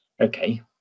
okay